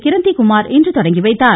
கிரந்தி குமார் இன்று தொடங்கிவைத்தார்